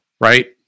right